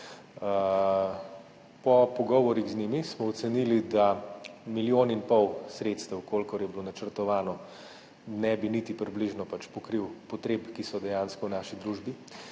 Po pogovorih z njimi smo ocenili, da 1,5 milijona sredstev, kolikor je bilo načrtovano, ne bi niti približno pokril potreb, ki so dejansko v naši družbi,